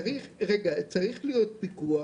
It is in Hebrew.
צריך להיות פיקוח,